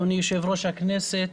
אדוני יושב-ראש הכנסת,